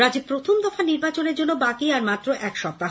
রাজ্যে প্রথম দফার নির্বাচনের জন্য বাকি আর মাত্র এক সপ্তাহ